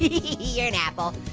you're an apple.